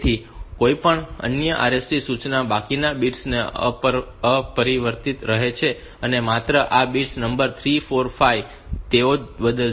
તેથી કોઈપણ અન્ય RST સૂચનાના બાકીના બિટ્સ અપરિવર્તિત રહે છે અને માત્ર આ બિટ્સ નંબર 3 4 અને 5 તેઓ જ બદલાશે